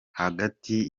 hagati